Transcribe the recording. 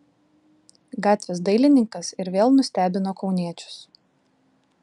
gatvės dailininkas ir vėl nustebino kauniečius